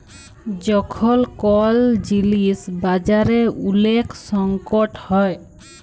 যখল কল জিলিস বাজারে ওলেক সংকট হ্যয়